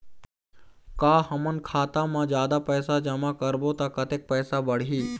का हमन खाता मा जादा पैसा जमा करबो ता कतेक पैसा बढ़ही?